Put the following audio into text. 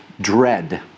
dread